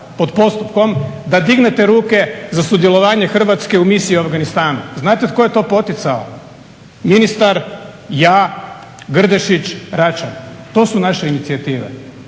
pod postupkom, da dignete ruke za sudjelovanje Hrvatske u misiju u Afganistanu. Znate tko je to poticao, ministar, ja, Grdešić, Račan. To su naše inicijative,